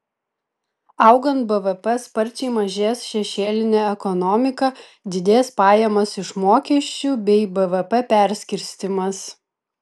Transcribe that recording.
augant bvp sparčiai mažės šešėlinė ekonomika didės pajamos iš mokesčių bei bvp perskirstymas